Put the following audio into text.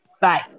Bye